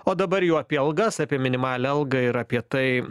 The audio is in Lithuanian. o dabar jau apie algas apie minimalią algą ir apie tai